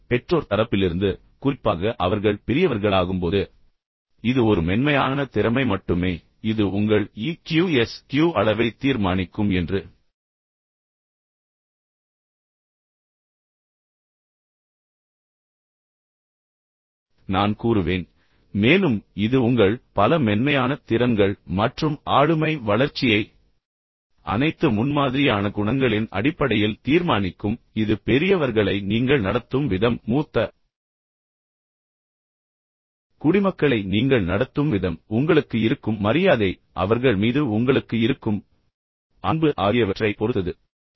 ஆனால் அடுத்தது பெற்றோர் தரப்பிலிருந்து குறிப்பாக அவர்கள் பெரியவர்களாகும்போது இது ஒரு மென்மையான திறமை மட்டுமே இது உங்கள் EQ SQ அளவை தீர்மானிக்கும் என்று நான் கூறுவேன் மேலும் இது உங்கள் பல மென்மையான திறன்கள் மற்றும் ஆளுமை வளர்ச்சியை அனைத்து முன்மாதிரியான குணங்களின் அடிப்படையில் தீர்மானிக்கும் இது பெரியவர்களை நீங்கள் நடத்தும் விதம் மூத்த குடிமக்களை நீங்கள் நடத்தும் விதம் உங்களுக்கு இருக்கும் மரியாதை அவர்கள் மீது உங்களுக்கு இருக்கும் அன்பு ஆகியவற்றைப் பொறுத்தது